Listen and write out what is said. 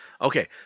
Okay